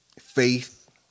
faith